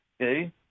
okay